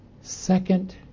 second